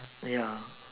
ya